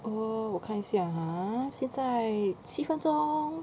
err 我看一下 ha 现在七分钟